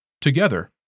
together